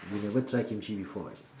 you never try kimchi before [what]